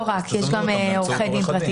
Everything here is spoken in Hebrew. לא רק, יש גם עורכי דין פרטיים.